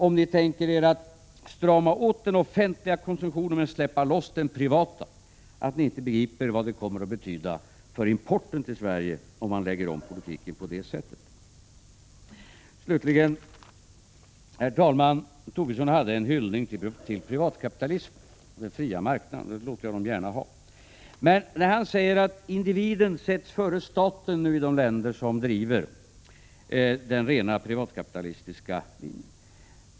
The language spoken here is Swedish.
Om ni tänker er att strama åt den offentliga konsumtionen men släppa loss den privata tycker jag att det är konstigt att ni inte begriper vad det kommer att betyda för importen till Sverige om man lägger om politiken på det sättet. Slutligen, herr talman, hyllade Lars Tobisson privatkapitalismen och den fria marknaden. Det får han gärna göra. Men han säger att individen sätts före staten i de länder som driver den rena privatkapitalistiska linjen.